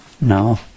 No